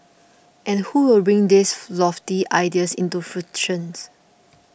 and who will bring these lofty ideas into fruitions